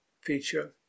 feature